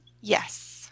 Yes